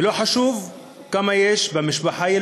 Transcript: ולא חשוב כמה ילדים יש במשפחה.